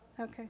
okay